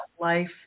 life